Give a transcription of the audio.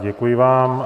Děkuji vám.